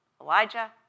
Elijah